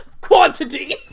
Quantity